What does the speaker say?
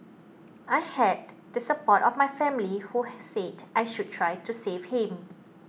I had the support of my family who said I should try to save him